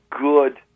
good